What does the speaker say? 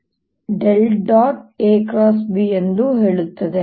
AB ಎಂದು ಹೇಳುತ್ತದೆ